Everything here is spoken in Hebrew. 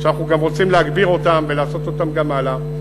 שאנחנו רוצים להגביר אותה ולעשות אותה גם הלאה.